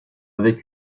avec